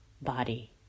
body